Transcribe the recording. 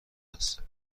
است